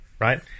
Right